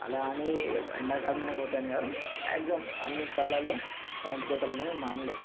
అలా అని ఎండాకాలంలోనే పోతాయి అని కాదు మ్యాక్జిమమ్ అన్నీ కాలాల్లో కరెంటు కోతలు అనేవి మామూలే